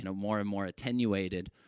and more and more attenuated,